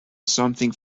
something